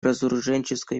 разоруженческой